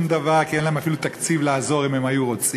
דבר כי אין להן תקציב לעזור אפילו אם הן היו רוצות?